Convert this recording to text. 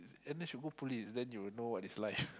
N_S you go police then you will know what is life